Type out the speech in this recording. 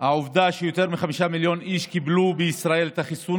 העובדה שיותר מחמישה מיליון איש קיבלו בישראל את החיסון